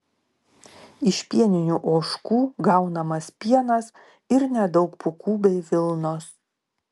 iš pieninių ožkų gaunamas pienas ir nedaug pūkų bei vilnos